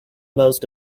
most